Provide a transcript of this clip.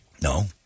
No